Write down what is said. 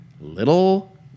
little